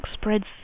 spreads